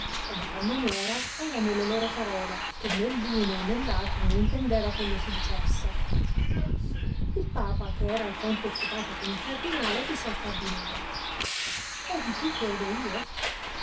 e di tal maniera erano le loro parole che né l uno né l altro non intendeva quello si dicesse il papa che era alquanto occupato con un cardinale disse al cardinale odi tu che odo io